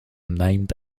named